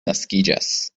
naskiĝas